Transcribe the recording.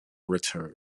returned